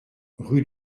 rue